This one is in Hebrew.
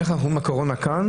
איך אנחנו אומרים שהקורונה כאן?